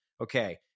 okay